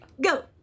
go